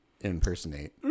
impersonate